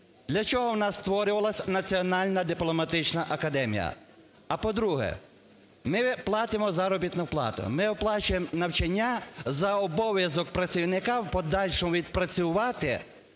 Для чого у нас створювалася Національна дипломатична академія? А, по-друге, ми платимо заробітну плату, ми оплачуємо навчання за обов'язок працівника в подальшому відпрацювати